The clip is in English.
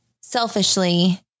selfishly